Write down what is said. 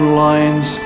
lines